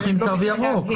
הם צריכים תו ירוק.